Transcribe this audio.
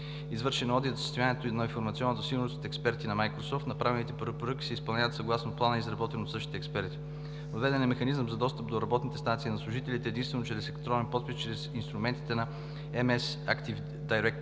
извършен е одит за състоянието на информационната сигурност от експерти на Майкрософт. Направените препоръки се изпълняват съгласно плана, изработен от същите експерти; въведен е механизъм за достъп до работната станция на служителите единствено чрез електронен подпис чрез инструментите на MS Active Directory;